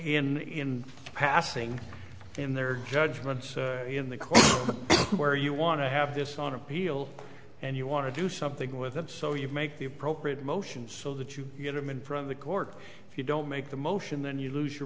rulings in passing in their judgment in the court where you want to have this on appeal and you want to do something with them so you make the appropriate motions so that you get a man from the court if you don't make the motion then you lose your